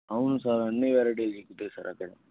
అవును సార్ అన్ని వెరైటీస్ దొరుకుతాయి సార్ అక్కడ